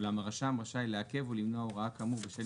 אולם הרשם רשאי לעכב או למנוע הוראה כאמור בשל